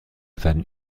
werden